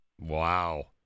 Wow